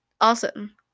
awesome